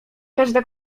każda